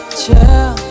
chill